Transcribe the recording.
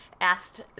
asked